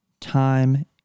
time